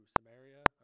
Samaria